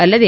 ಅಲ್ಲದೆ